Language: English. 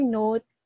note